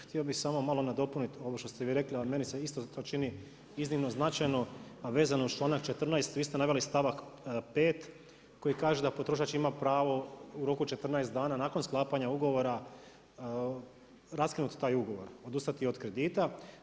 Htio bi samo malo nadopuniti ovo što ste vi rekli, a meni se to isto čini iznimno značajno, a vezano uz članak 14. vi ste naveli stavak 5. koji kaže da potrošač ima pravo u roku od 14 dana nakon sklapanja ugovora raskinuti taj ugovor, odustati od kredita.